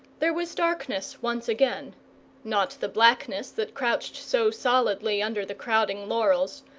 there was darkness once again not the blackness that crouched so solidly under the crowding laurels,